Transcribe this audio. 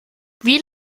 wie